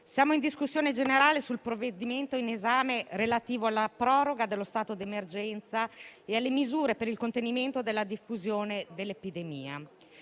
siamo in discussione generale sul provvedimento in esame, relativo alla proroga dello stato di emergenza e alle misure per il contenimento della diffusione dell'epidemia.